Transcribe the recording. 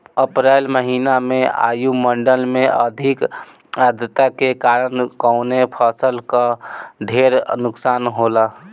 अप्रैल महिना में वायु मंडल में अधिक आद्रता के कारण कवने फसल क ढेर नुकसान होला?